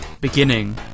beginning